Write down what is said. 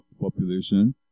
population